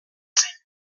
zen